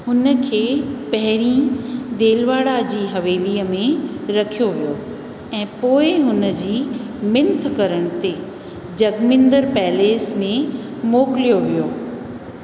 हुनखे पहेरीं देलवाड़ा जी हवेलीअ में रखियो वियो ऐं पोए हुनजी मिंथ करण ते जगमंदिर पैलेस में मोकिलियो वियो